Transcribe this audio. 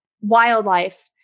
wildlife